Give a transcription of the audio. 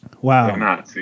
Wow